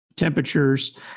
Temperatures